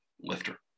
lifter